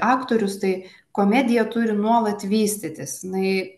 aktorius tai komedija turi nuolat vystytis jinai